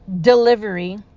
delivery